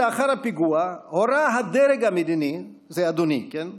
הורה הדרג המדיני, זה אדוני, כן?